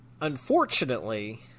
unfortunately